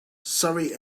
surrey